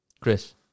Chris